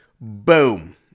Boom